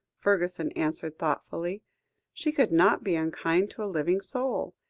fergusson answered thoughtfully she could not be unkind to a living soul.